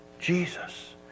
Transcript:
Jesus